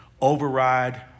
override